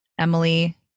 Emily